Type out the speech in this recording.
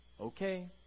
Okay